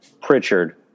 Pritchard